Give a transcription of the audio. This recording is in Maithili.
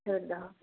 छोड़ि दहक